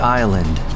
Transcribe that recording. island